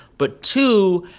but two,